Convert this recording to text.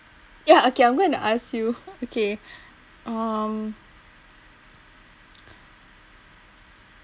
yeah okay I'm going to ask you okay um